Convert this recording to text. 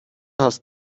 hast